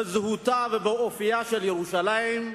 בזהותה ובאופיה של ירושלים,